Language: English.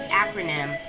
acronym